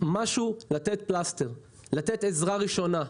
אז לתת משהו, לתת עזרה ראשונה.